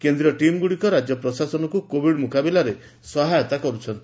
କେନ୍ଦ୍ରୀୟ ଟିମ୍ଗୁଡ଼ିକ ରାଜ୍ୟ ପ୍ରଶାସନକୁ କୋବିଡ୍ ମୁକାବିଲାରେ ସହାୟତା କରୁଛନ୍ତି